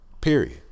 period